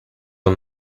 him